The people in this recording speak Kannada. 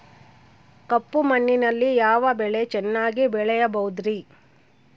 ಕಪ್ಪು ಮಣ್ಣಿನಲ್ಲಿ ಯಾವ ಬೆಳೆ ಚೆನ್ನಾಗಿ ಬೆಳೆಯಬಹುದ್ರಿ?